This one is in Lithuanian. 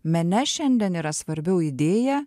mene šiandien yra svarbiau idėja